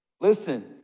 Listen